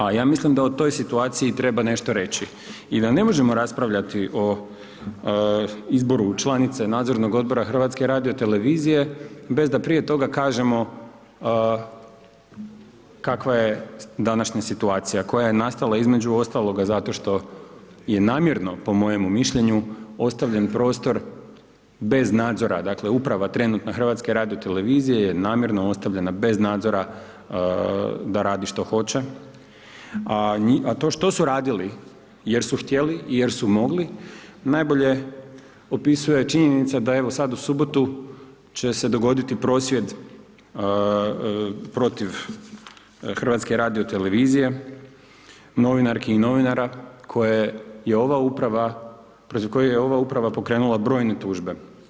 A ja mislim da o toj situaciji treba nešto reći i da ne možemo raspravljati o izboru članice nadzornog odbora HRT-a bez da prije toga kažemo kakva je današnja situacija, koja je nastala između ostalog zato što je namjerno, po mojemu mišljenju ostavljen prostor bez nadzora, dakle, uprava trenutna HRT-a je namjerno ostavljena bez nadzora da radi što hoće, a to što su radili jer su htjeli i jer su mogli, najbolje opisuje činjenica da evo, sad u subotu će se dogoditi prosvjed protiv HRT-a, novinarki i novinara koje je ova uprava, protiv koje je ova uprava pokrenula brojne tužbe.